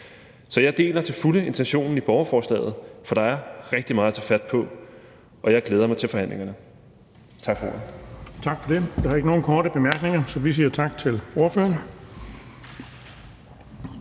Jeg deler til fulde intentionen i borgerforslaget, for der er rigtig meget at tage fat på, og jeg glæder mig til forhandlingerne. Tak for ordet. Kl. 10:58 Den fg. formand (Erling Bonnesen): Der er ikke nogen korte bemærkninger, så vi siger tak til ordføreren.